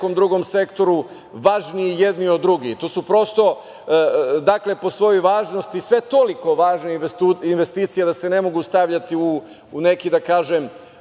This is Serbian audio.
u nekom drugom sektoru važnije jedna od drugih, to su prosto po svojoj važnosti toliko važne investicije da se ne mogu stavljati u neki nadređen